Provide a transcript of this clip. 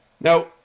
Now